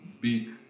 big